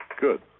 good